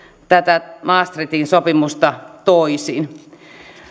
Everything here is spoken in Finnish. tätä maastrichtin sopimusta toisin